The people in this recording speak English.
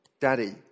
Daddy